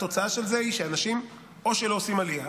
התוצאה של זה היא שאנשים או שלא עושים עלייה,